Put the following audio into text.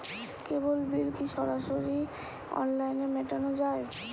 কেবল bill কি সরাসরি অনলাইনে মেটানো য়ায়?